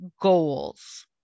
goals